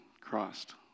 Christ